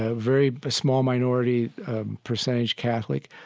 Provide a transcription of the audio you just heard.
ah very small minority percentage catholic.